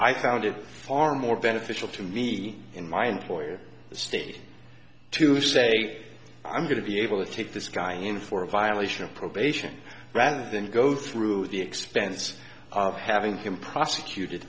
i found it far more beneficial to me in my employer the state to say i'm going to be able to take this guy in for a violation of probation rather than go through the expense of having him prosecuted